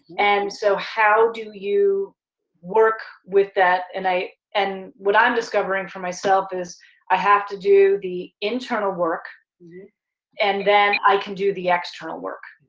and so how do you work with that, and and what i'm discovering for myself is i have to do the internal work and then i can do the external work.